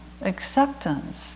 acceptance